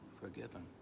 forgiven